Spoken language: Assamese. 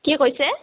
কি কৈছে